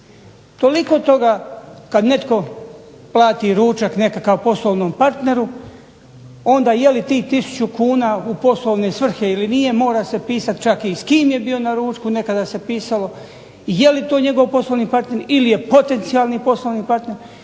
Toliko toga kada netko plati ručak poslovnom partneru onda je li tih 1000 kuna u poslovne svrhe ili nije, mora se pisati čak i s kim je bio na ručku, nekada se pisalo je li to njegov poslovni partner ili je potencijalni poslovni partner,